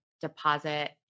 deposit